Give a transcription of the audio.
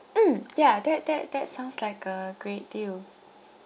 mm yeah that that that sounds like a great deal